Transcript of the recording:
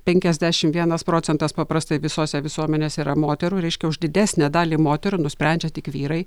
penkiasdešim vienas procentas paprastai visose visuomenėse yra moterų reiškia už didesnę dalį moterų nusprendžia tik vyrai